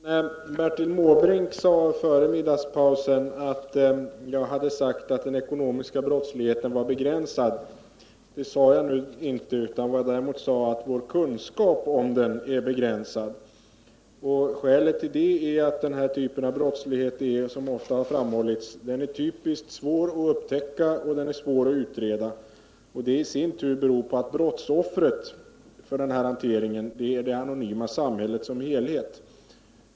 Herr talman! Bertil Måbrink sade före middagspausen att jag hade sagt att den ekonomiska brottsligheten är begränsad. Det sade jag nu inte. Jag sade att vår kunskap om den är begränsad. Skälet härtill är att den här typen av brottslighet, som ofta framhålls, är svår att upptäcka och utreda, vilket beror på att brottsoffret i denna hantering är det anonyma samhället som helhet.